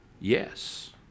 yes